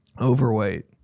Overweight